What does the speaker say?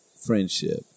friendship